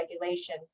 regulation